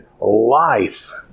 life